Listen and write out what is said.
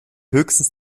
höchstens